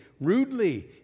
rudely